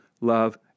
love